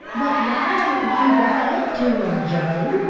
but why don't you ride up to them, joe,